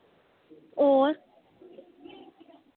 और